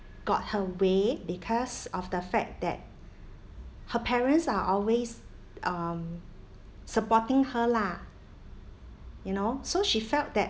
got her way because of the fact that her parents are always um supporting her lah you know so she felt that